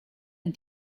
and